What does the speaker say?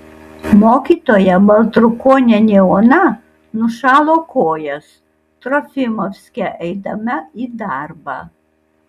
mokytoja baltrukonienė ona nušalo kojas trofimovske eidama į darbą